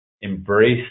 Embrace